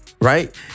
right